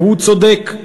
והוא צודק.